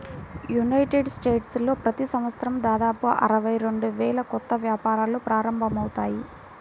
United స్టేట్స్లో ప్రతి సంవత్సరం దాదాపు అరవై రెండు వేల కొత్త వ్యాపారాలు ప్రారంభమవుతాయి